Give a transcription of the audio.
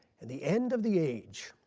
and the end of the age.